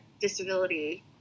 disability